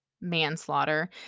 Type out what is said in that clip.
manslaughter